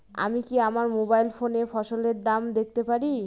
আমি কি আমার মোবাইল ফোনে ফসলের দাম দেখতে পারি?